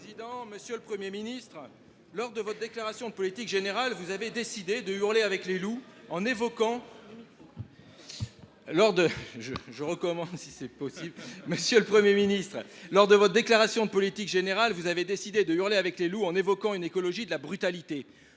Monsieur le Premier ministre, lors de votre déclaration de politique générale, vous avez décidé de hurler avec les loups en évoquant une « écologie de la brutalité